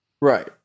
Right